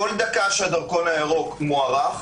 כל דקה שבה התו הירוק מוארך,